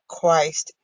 Christ